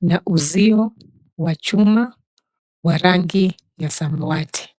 na uzio wa chuma wa rangi ya samawati.